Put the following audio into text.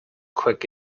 quick